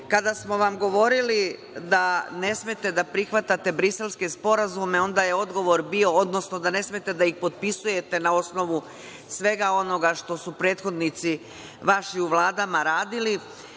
kada smo vam govorili da ne smete da prihvatate briselske sporazume, onda je odgovor bio, odnosno da ne smete da ih potpisujete na osnovu svega onoga što su prethodnici vaši u vladama radili,